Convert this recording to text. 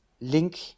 link